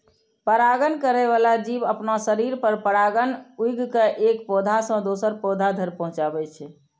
परागण करै बला जीव अपना शरीर पर परागकण उघि के एक पौधा सं दोसर पौधा धरि पहुंचाबै छै